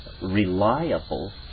reliable